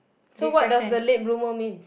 so what does the late bloomer mean